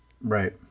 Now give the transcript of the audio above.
right